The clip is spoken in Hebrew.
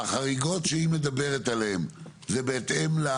החריגות שהיא מדברת עליהן, זה בהתאם?